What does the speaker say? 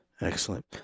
Excellent